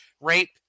rape